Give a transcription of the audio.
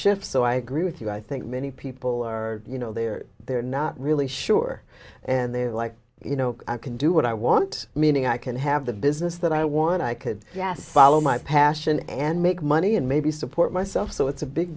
shift so i agree with you i think many people are you know they're they're not really sure and they like you know can do what i want meaning i can have the business that i want i could yes follow my passion and make money and maybe support myself so it's a big